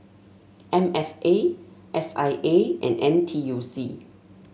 M F A S I A and N T U C